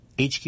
HQ